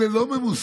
אלה לא ממוסים.